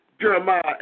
Jeremiah